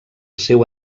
seu